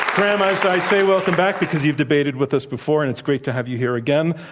graham, as i say, welcome back, because you've debated with us before, and it's great to have you here again.